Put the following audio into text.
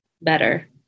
better